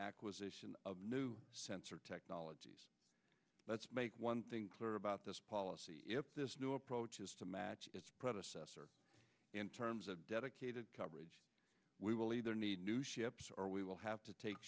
acquisition of new sensor technologies let's make one thing clear about this policy if this new approach is to match predecessor in terms of dedicated coverage we will either need new ships or we will have to